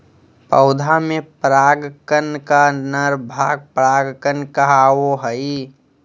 पौधा में पराग कण का नर भाग परागकण कहावो हइ